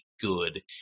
good